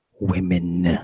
Women